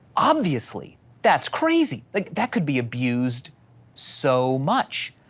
obviously, that's crazy, like that could be abused so much.